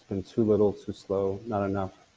and too little, too slow, not enough.